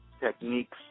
techniques